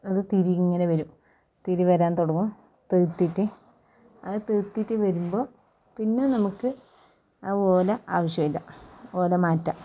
അത് തിരി ഇങ്ങനെ വരും തിരി വരാൻ തുടങ്ങും തീർത്തിട്ട് അത് തീർത്തിട്ട് വരുമ്പോൾ പിന്നെ നമുക്ക് ആ ഓല ആവശ്യമില്ല ഓല മാറ്റാം